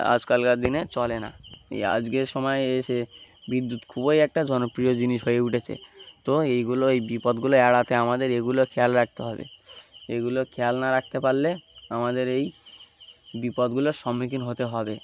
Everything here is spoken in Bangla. আজকালকার দিনে চলে না এই আজকের সময় এসে বিদ্যুৎ খুবই একটা জনপ্রিয় জিনিস হয়ে উঠেছে তো এইগুলো এই বিপদগুলো এড়াতে আমাদের এগুলো খেয়াল রাখতে হবে এগুলো খেয়াল না রাখতে পারলে আমাদের এই বিপদগুলোর সম্মুখীন হতে হবে